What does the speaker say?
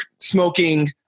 smoking